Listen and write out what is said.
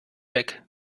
weg